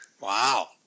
Wow